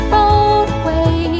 Roadway